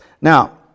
Now